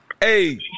Hey